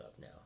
now